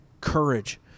courage